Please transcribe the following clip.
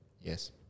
Yes